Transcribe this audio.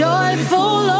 Joyful